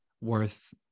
worth